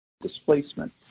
displacement